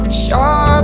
sharp